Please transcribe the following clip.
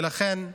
ולכן,